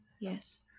Yes